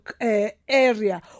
area